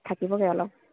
থাকিবগৈ অলপ